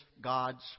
God's